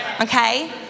okay